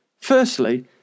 Firstly